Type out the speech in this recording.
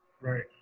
Right